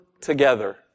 Together